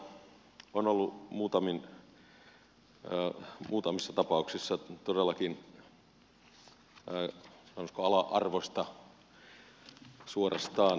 todellakin median toiminta on ollut muutamissa tapauksissa todellakin sanoisiko ala arvoista suorastaan